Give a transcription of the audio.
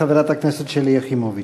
חברת הכנסת שלי יחימוביץ.